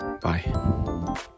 Bye